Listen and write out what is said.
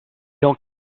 don’t